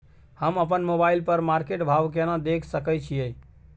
हम अपन मोबाइल पर मार्केट भाव केना देख सकै छिये?